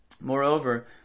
Moreover